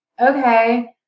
okay